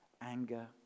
anger